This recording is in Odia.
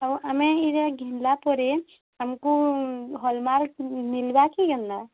ଆଉ ଆମେ ଏଇ ଯେ ଘିନଲା ପରେ ଆମ୍କୁ ହଲ୍ ମାର୍କ ମିଲ୍ବା କି ୟା ନା